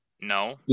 no